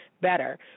better